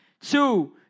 two